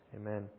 Amen